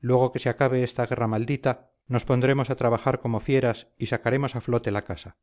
luego que se acabe esta guerra maldita nos pondremos a trabajar como fieras y sacaremos a flote la casa